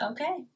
Okay